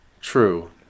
True